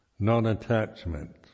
non-attachment